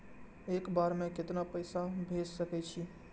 एक बार में केतना पैसा भेज सके छी?